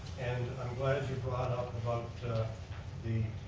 and i'm glad you brought up about the the